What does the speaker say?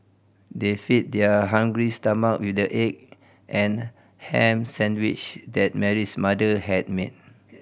they fed their hungry stomachs with the egg and ham sandwiches that Mary's mother had made